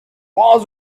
walls